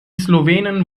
slowenen